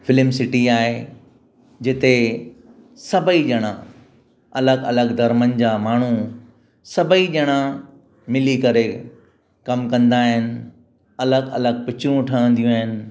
film city आहे जिते सभई ॼणा अलॻि अलॻि धर्मनि जा माण्हू सभई ॼणा मिली करे कमु कंदा आहिनि अलॻि अलॻि पिल्चरूं ठहंदियूं आहिनि